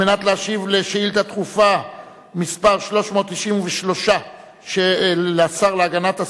מנת להשיב על שאילתא דחופה מס' 393 לשר להגנת הסביבה,